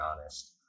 honest